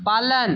पालन